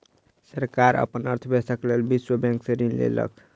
सरकार अपन अर्थव्यवस्था के लेल विश्व बैंक से ऋण लेलक